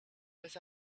was